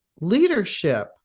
Leadership